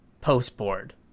post-board